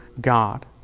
God